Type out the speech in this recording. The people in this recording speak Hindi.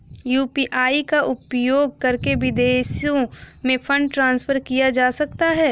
यू.पी.आई का उपयोग करके विदेशों में फंड ट्रांसफर किया जा सकता है?